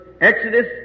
Exodus